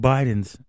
Biden's